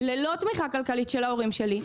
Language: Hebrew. ללא תמיכה כלכלית של ההורים שלי,